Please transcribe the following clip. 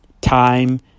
time